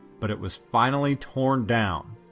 but it was finally torn down.